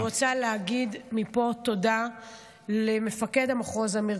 אני רוצה להגיד מפה תודה למפקד המחוז אמיר